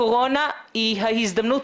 הקורונה היא ההזדמנות.